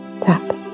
tap